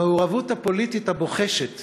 המעורבות הפוליטית הבוחשת